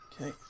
Okay